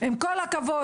עם כל הכבוד,